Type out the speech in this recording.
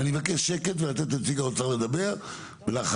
ואני מבקש שקט, ולתת לנציג האוצר לדברו לאחריו